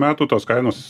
metų tos kainos